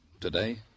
Today